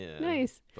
nice